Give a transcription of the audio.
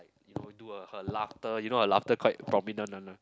like you know do a her laughter you know her laughter quite prominent one right